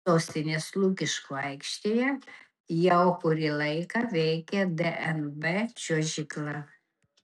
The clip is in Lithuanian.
sostinės lukiškių aikštėje jau kurį laiką veikia dnb čiuožykla